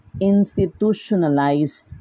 institutionalize